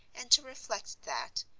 and to reflect that,